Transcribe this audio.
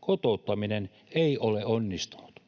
kotouttaminen ei ole onnistunut,